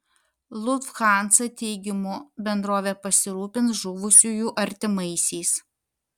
lufthansa teigimu bendrovė pasirūpins žuvusiųjų artimaisiais